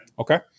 Okay